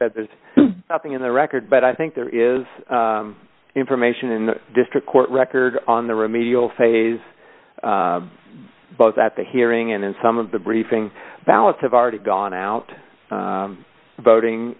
that there's nothing in the record but i think there is information in the district court record on the remedial phase both at the hearing and in some of the briefing ballots have already gone out voting